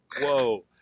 Whoa